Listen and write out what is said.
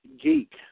Geek